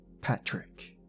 Patrick